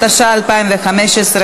התשע"ה 2015,